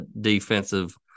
defensive